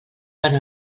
van